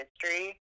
history